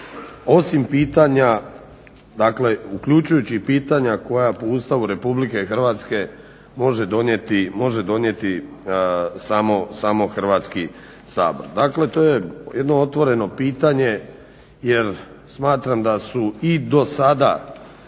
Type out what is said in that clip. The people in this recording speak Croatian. osim pitanja, dakle uključujući i pitanja koja po Ustavu Republike Hrvatske može donijeti samo Hrvatski sabor. Dakle, to je jedno otvoreno pitanje, jer smatram da su i do sada